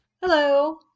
Hello